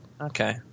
Okay